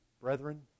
Brethren